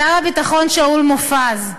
שר הביטחון שאול מופז: